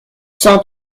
cent